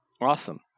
Awesome